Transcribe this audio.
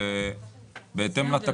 ברור שאפשר לבדוק את זה עובדתית.